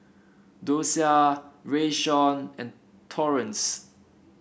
Docia Rayshawn and Torrence